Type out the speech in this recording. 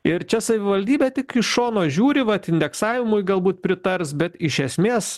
ir čia savivaldybė tik iš šono žiūri vat indeksavimui galbūt pritars bet iš esmės